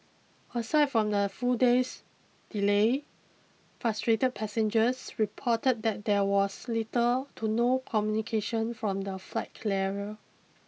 aside from the full day's delay frustrated passengers reported that there was little to no communication from the flight carrier